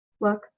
Look